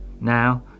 Now